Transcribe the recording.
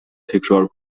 تکرار